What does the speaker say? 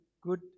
good